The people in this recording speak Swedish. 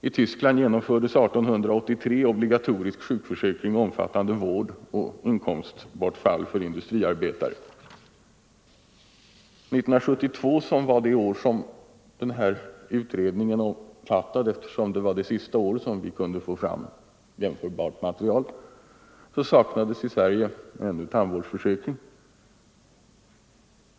I Tyskland genomfördes 1883 obligatorisk sjukförsäkring omfattande vård och inkomstbortfall för industriarbetare. 1972, som var det år utredningen omfattade, eftersom det var det sista år för vilket vi kunde få fram jämförbart material, saknades i Sverige en tandvårdsförsäkring.